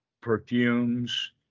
perfumes